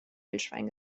wildschwein